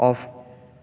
of